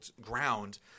ground